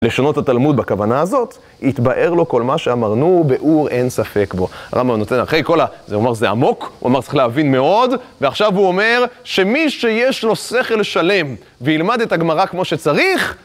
לשונות את התלמוד בכוונה הזאת, התבאר לו כל מה שאמרנו באור אין ספק בו. הרמב״ם נותן אחרי כל ה... זה אומר שזה עמוק, הוא אומר צריך להבין מאוד, ועכשיו הוא אומר שמי שיש לו שכל שלם וילמד את הגמרא כמו שצריך...